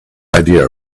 idea